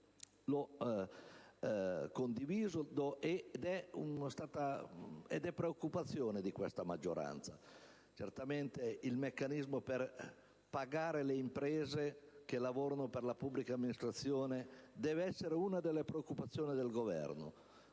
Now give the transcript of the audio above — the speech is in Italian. si tratta di preoccupazioni di cui la maggioranza si fa carico. Certamente il meccanismo per pagare le imprese che lavorano per la pubblica amministrazione deve essere una delle preoccupazioni del Governo,